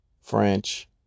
French